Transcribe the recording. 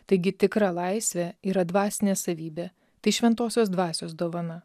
taigi tikra laisvė yra dvasinė savybė tai šventosios dvasios dovana